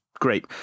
Great